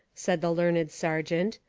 said the learned sergeant,